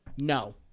No